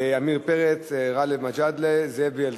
עמיר פרץ, גאלב מג'אדלה, זאב בילסקי.